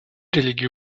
религии